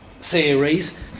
series